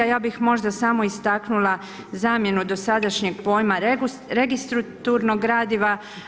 Ja bih možda samo istaknula zamjenu dosadašnjeg pojma registrurnog gradiva.